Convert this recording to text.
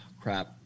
crap